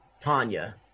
Tanya